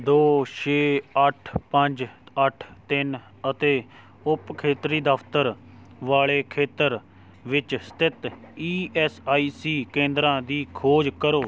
ਦੋ ਛੇ ਅੱਠ ਪੰਜ ਅੱਠ ਤਿੰਨ ਅਤੇ ਉਪ ਖੇਤਰੀ ਦਫ਼ਤਰ ਵਾਲੇ ਖੇਤਰ ਵਿੱਚ ਸਥਿਤ ਈ ਐੱਸ ਆਈ ਸੀ ਕੇਂਦਰਾਂ ਦੀ ਖੋਜ ਕਰੋ